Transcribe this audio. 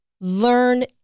learn